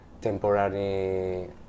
temporary